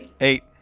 Eight